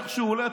איך שהוא עולה,